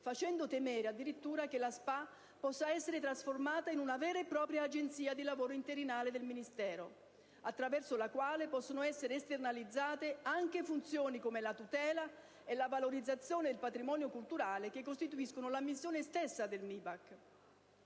facendo, temere che tale società possa essere trasformata in una vera e propria agenzia di lavoro interinale del Ministero, attraverso la quale possono essere esternalizzate anche funzioni come la tutela e la valorizzazione del patrimonio culturale, che costituiscono la missione stessa MIBAC.